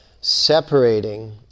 separating